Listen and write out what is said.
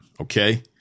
okay